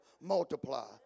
multiply